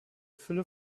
fülle